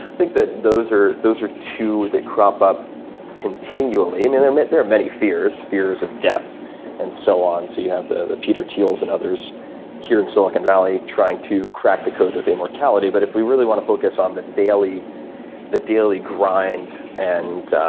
think that those are those are two that crop up continually. i mean, there are many fears, fears of death and so on, so you have the the peter thiels and others here in silicon valley trying to crack the code of immortality. but if we really wanna focus on the daily the daily grind and